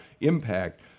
impact